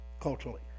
culturally